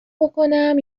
بکـنم